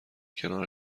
کنار